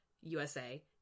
USA